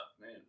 man